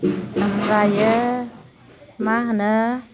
आमफ्रायो मा होनो